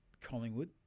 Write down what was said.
collingwood